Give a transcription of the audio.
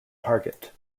target